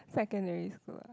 secondary school ah